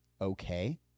okay